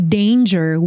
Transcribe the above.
danger